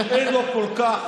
שאין לו כל כך,